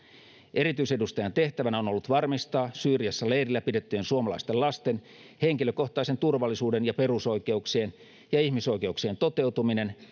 erityisedustajan tehtävänä on ollut varmistaa syyriassa leirillä pidettyjen suomalaisten lasten henkilökohtaisen turvallisuuden ja perusoikeuksien ja ihmisoikeuksien toteutuminen